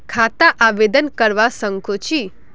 खाता आवेदन करवा संकोची?